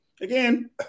again